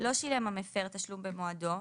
לא שילם המפר תשלום במועדו,